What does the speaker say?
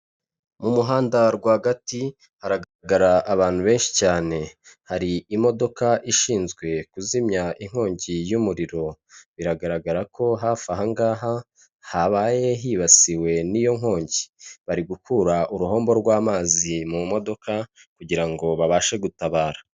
Mu muhanda rwagati, haragaragara abantu benshi cyane. Hari imodoka ishinzwe kuzimya inkongi y'umuriro, biragaragara ko hafi ahaha habaye hibasiwe n'iyo nkongi, bari gukura uruhombo rw'amazi mu modoka kugirango babashe gutabara.